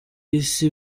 isi